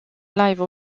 live